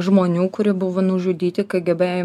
žmonių kurie buvo nužudyti kgb